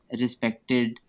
respected